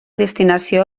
destinació